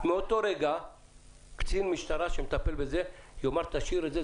שמאותו רגע קצין משטרה שמטפל בזה יאמר: תשאיר את זה,